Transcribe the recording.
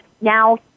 now